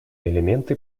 элементы